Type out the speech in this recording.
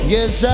Yes